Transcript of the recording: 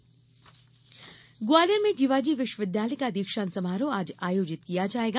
दीक्षांत समारोह ग्वालियर में जीवाजी विश्वविद्यालय का दीक्षांत समारोह आज आयोजित किया जायेगा